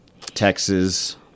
Texas